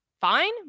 fine